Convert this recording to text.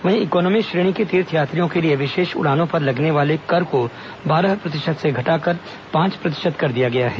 वहीं इकोनॉमी श्रेणी के तीर्थयात्रियों के लिए विशेष उड़ानों पर लगने वाले कर को बारह प्रतिशत से घटाकर पांच प्रतिशत कर दिया गया है